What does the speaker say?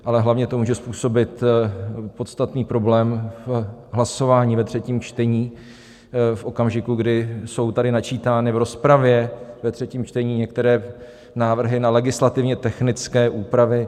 Ale hlavně to může způsobit podstatný problém v hlasování ve třetím čtení v okamžiku, kdy jsou tady načítány v rozpravě ve třetím čtení některé návrhy na legislativně technické úpravy.